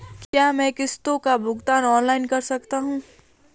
क्या मैं किश्तों का भुगतान ऑनलाइन कर सकता हूँ?